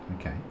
okay